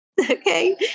Okay